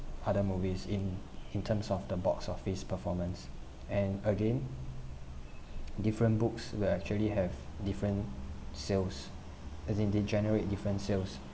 other movies in in terms of the box office performance and again different books will actually have different sales as in they generate different sales